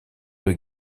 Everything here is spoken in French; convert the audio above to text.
deux